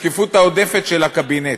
בשקיפות העודפת של הקבינט.